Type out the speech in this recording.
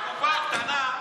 טיבי, הקופה הקטנה כמה?